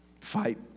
Fight